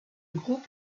groupe